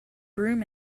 broom